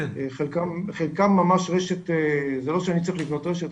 חלקם ממש רשת זה לא שאני צריך לבנות רשת,